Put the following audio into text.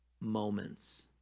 moments